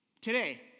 Today